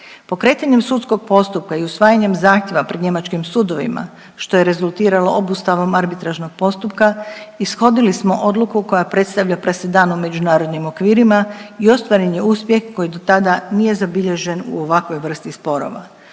Pokretanjem sudskog postupka i usvajanjem zahtjeva pred njemačkim sudovima, što je rezultiralo obustavom arbitražnog postupka, ishodili smo odluku koja predstavlja presedan u međunarodnim okvirima i ostvaren je uspjeh koji dotada nije zabilježen u ovakvoj vrsti sporova.